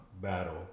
battle